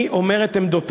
מה ההבדל,